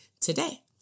today